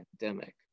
pandemic